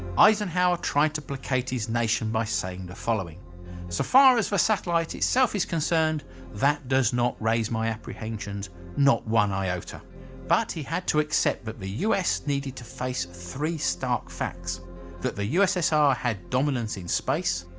eisenhower tried to placate his nation by saying the following so far as for satellite itself is concerned that does not raise my apprehensions not one iota but he had to accept that but the u s. needed to face three stark facts that the ussr had dominance in space,